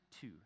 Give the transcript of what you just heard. two